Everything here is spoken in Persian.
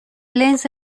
لنز